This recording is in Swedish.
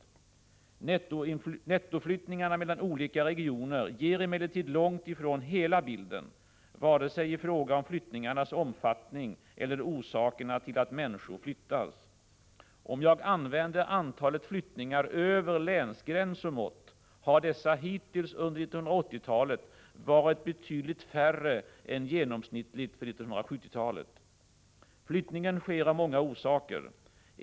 4 februari 1986 Nettoflyttningarna mellan olika regioner ger emellertid långt ifrån hela bilden — vare sig i fråga om flyttningarnas omfattning eller orsakerna till att människor flyttar. Om jag använder antalet flyttningar över länsgräns som mått, kan jag säga att dessa hittills under 1980-talet varit betydligt färre än genomsnittligt för 1970-talet. Flyttningar sker av många orsaker.